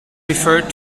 referred